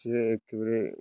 एसे एखेबारे